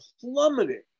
plummeting